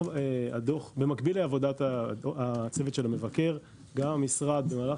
במקביל לעבודת הצוות של המבקר גם המשרד נערך